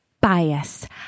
Bias